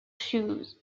shoes